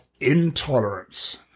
intolerance